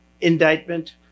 indictment